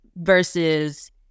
versus